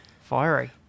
Fiery